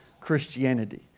Christianity